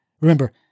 Remember